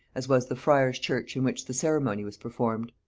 as was the friers' church in which the ceremony was performed.